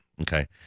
Okay